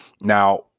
Now